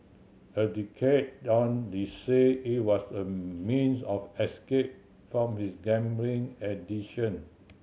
a decade on the say it was a means of escape from his gambling addiction